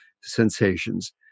Sensations